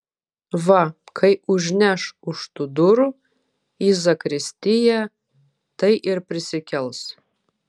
va kai užneš už tų durų į zakristiją tai ir prisikels